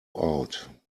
out